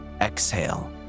Exhale